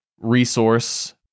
resource